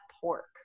pork